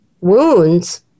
wounds